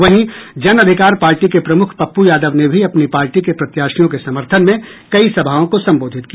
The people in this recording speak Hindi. वहीं जन अधिकार पार्टी के प्रमुख पप्पू यादव ने भी अपनी पार्टी के प्रत्याशियों के समर्थन में कई सभाओं को संबोधित किया